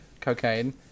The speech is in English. Cocaine